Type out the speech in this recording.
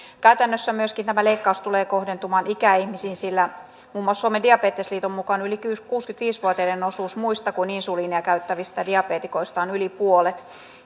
käytännössä myöskin tämä leikkaus tulee kohdentumaan ikäihmisiin sillä muun muassa suomen diabetesliiton mukaan yli kuusikymmentäviisi vuotiaiden osuus muista kuin insuliinia käyttävistä diabeetikoista on yli puolet